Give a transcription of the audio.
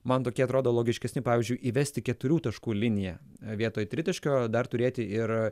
man tokie atrodo logiškesni pavyzdžiui įvesti keturių taškų liniją vietoj tritaškio dar turėti ir